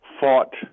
fought